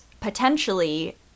potentially